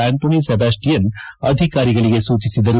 Antony Sebastian ಅಧಿಕಾರಿಗಳಿಗೆ ಸೂಚಿಸಿದರು